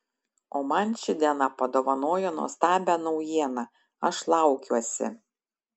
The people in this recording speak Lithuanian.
o man ši diena padovanojo nuostabią naujieną aš laukiuosi